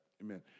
amen